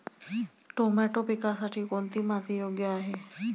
Tomato पिकासाठी कोणती माती योग्य आहे?